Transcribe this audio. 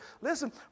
Listen